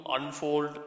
Unfold